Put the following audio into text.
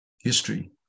history